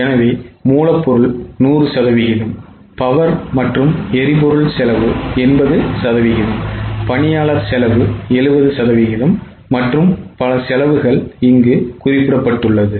எனவே மூல பொருள் 100 சதவீதம் பவர் மற்றும் எரிபொருள் செலவு 80 சதவீதம் பணியாளர் செலவு 70 சதவீதம் மற்றும் பல செலவுகள் இங்கு குறிப்பிடப்பட்டுள்ளது